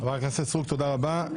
חברת הכנסת סטרוק, תודה רבה.